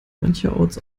mancherorts